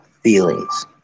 feelings